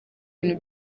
bintu